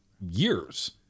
years